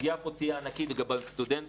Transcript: הפגיעה כאן תהיה ענקית לגבי הסטודנטים.